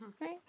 right